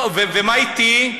ומה איתי?